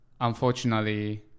unfortunately